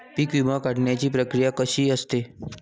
पीक विमा काढण्याची प्रक्रिया कशी असते?